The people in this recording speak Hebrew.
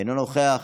אינו נוכח,